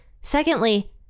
Secondly